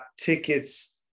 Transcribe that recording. tickets